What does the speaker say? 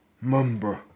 member